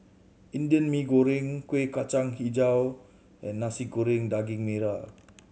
Indian Mee Goreng Kuih Kacang Hijau and Nasi Goreng Daging Merah